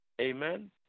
Amen